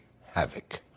havoc